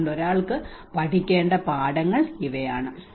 അതുകൊണ്ട് ഒരാൾക്ക് പഠിക്കേണ്ട പാഠങ്ങൾ ഇവയാണ്